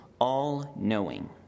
all-knowing